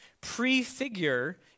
prefigure